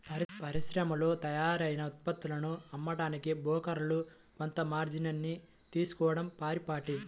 పరిశ్రమల్లో తయారైన ఉత్పత్తులను అమ్మడానికి బ్రోకర్లు కొంత మార్జిన్ ని తీసుకోడం పరిపాటి